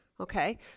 okay